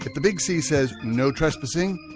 the big c says no trespassing,